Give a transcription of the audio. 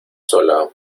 sola